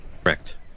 Correct